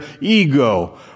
ego